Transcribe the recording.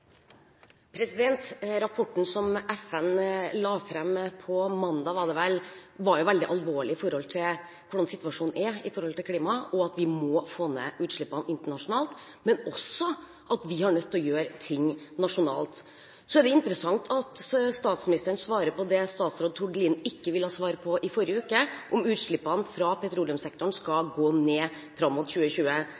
Rapporten som FN la fram på mandag, var det vel, var veldig alvorlig med hensyn til hvordan situasjonen er når det gjelder klimaet – vi må få ned utslippene internasjonalt, men vi er også nødt til å gjøre ting nasjonalt. Så er det interessant at statsministeren svarer på det statsråd Tord Lien ikke ville svare på i forrige uke, om utslippene fra petroleumssektoren skal